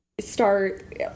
start